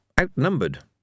outnumbered